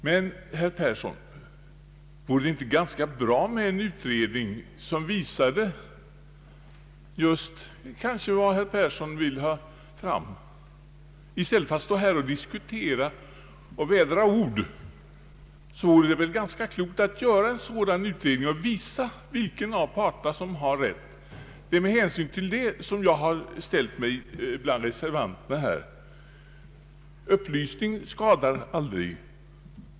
Men, herr Persson, vore det inte bra med en utredning som visade kanske just vad herr Persson vill få fram? I stället för att här ta upp en diskussion i denna fråga, bör en utredning göras som visar vilken av parterna som har rätt. Med hänsyn härtill har jag ställt mig bland reservanterna — upplysning skadar ju aldrig.